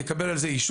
הוא יקבל על זה אישור.